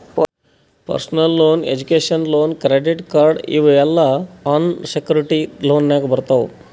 personal loan, education loan, credit card ಇವ್ ಎಲ್ಲಾ unsecured ಲೋನ್ನಾಗ್ ಬರ್ತಾವ್